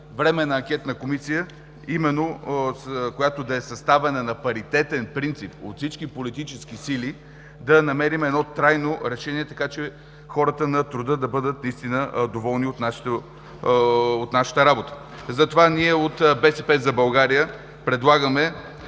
Временна анкетна комисия, която да е съставена на паритетен принцип от всички политически сили, можем да намерим трайно решение, така че хората на труда да бъдат наистина доволни от нашата работа. Затова ние от БСП за България предлагаме